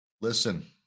Listen